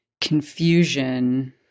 confusion